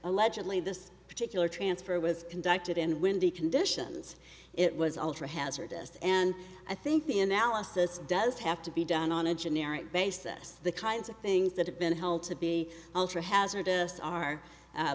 allegedly this particular transfer was conducted and windy conditions it was ultra hazardous and i think the analysis does have to be done on a generic basis the kinds of things that have been held to be ultra hazardous are